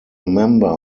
member